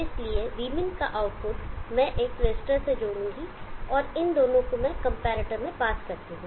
इसलिए vmin का output मैं एक रेज़िस्टर से जोड़ता हूं और इन दोनों को मैं कंपैरेटर में पास करता हूं